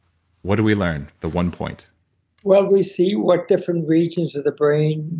what do we learn? the one point well, we see what different regions of the brain